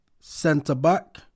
centre-back